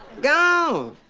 go